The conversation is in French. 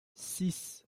six